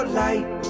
light